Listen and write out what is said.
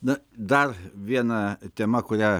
na dar viena tema kurią